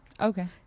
Okay